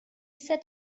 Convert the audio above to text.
set